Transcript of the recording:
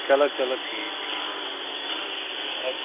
چلو چلو ٹھیٖک ٹھیٖک ادٕ